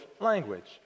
language